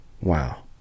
Wow